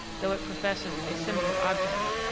though it professes a similar object,